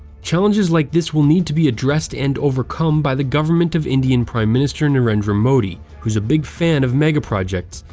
challenges like this will need to be addressed and overcome by the government of indian prime minister narendra modi who's a big fan of megaprojects,